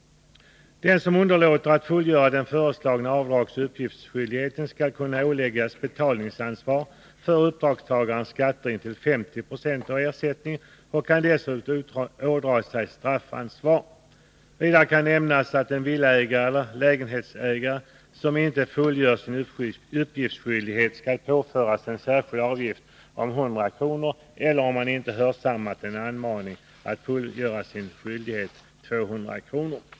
Den som underlåter att fullgöra den föreslagna avdragseller uppgiftsskyldigheten skall kunna åläggas betalningsansvar för uppdragstagarens skatter intill 50 26 av ersättningen och kan dessutom ådraga sig straffansvar. Vidare kan nämnas att en villaägare eller lägenhetsägare som inte fullgör sin uppgiftsskyldighet skall påföras en särskild avgift om 100 kr. eller — om han inte hörsammat en anmaning att fullgöra sin skyldighet — 200 kr.